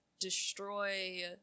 destroy